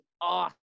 awesome